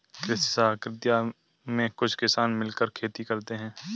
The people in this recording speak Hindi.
कृषि सहकारिता में कुछ किसान मिलकर खेती करते हैं